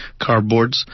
cardboards